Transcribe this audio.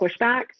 pushback